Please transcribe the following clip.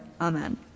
Amen